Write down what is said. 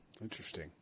interesting